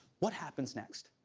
what happens next?